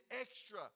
extra